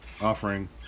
offering